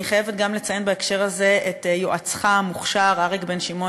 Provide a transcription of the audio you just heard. אני חייבת גם לציין בהקשר הזה את יועצך המוכשר אריק בן שמעון